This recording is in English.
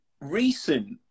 recent